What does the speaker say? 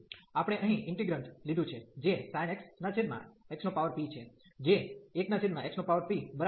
તેથી આપણે અહીં ઇન્ટીગ્રેન્ટ લીધું છે જે sin x xp છે જે 1xp